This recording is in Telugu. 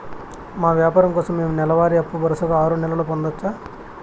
మా వ్యాపారం కోసం మేము నెల వారి అప్పు వరుసగా ఆరు నెలలు పొందొచ్చా?